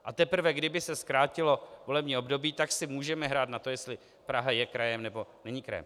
A teprve kdyby se zkrátilo volební období, tak si můžeme hrát na to, jestli Praha je krajem, nebo není krajem.